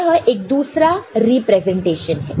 यह एक दूसरा रिप्रेजेंटेशन है